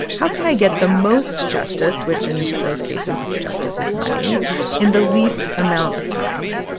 how can i get the most justice which in those cases justice is money in the least amount of time.